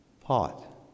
pot